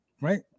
Right